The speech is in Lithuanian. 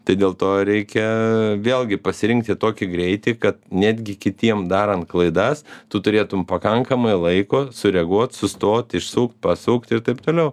tai dėl to ir reikia vėlgi pasirinkti tokį greitį kad netgi kitiem darant klaidas tu turėtum pakankamai laiko sureaguot sustot išsukt pasukt ir taip toliau